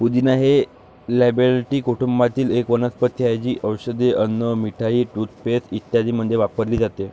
पुदिना हे लॅबिएटी कुटुंबातील एक वनस्पती आहे, जी औषधे, अन्न, मिठाई, टूथपेस्ट इत्यादींमध्ये वापरली जाते